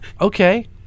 Okay